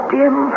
dim